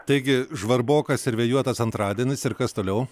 taigi žvarbokas ir vėjuotas antradienis ir kas toliau